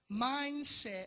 mindset